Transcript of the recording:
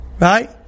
right